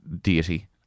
deity